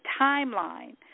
timeline